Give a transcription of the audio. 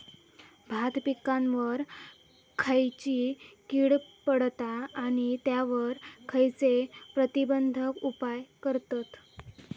भात पिकांवर खैयची कीड पडता आणि त्यावर खैयचे प्रतिबंधक उपाय करतत?